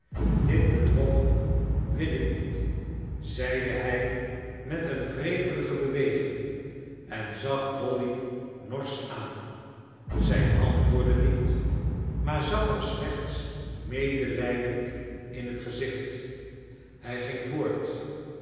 dit bedrog wil ik niet zeide hij met een wrevelige beweging en zag dolly norsch aan zij antwoordde niet maar zag hem slechts medelijdend in het gezicht hij ging voort